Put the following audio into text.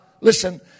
Listen